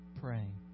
praying